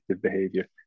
behavior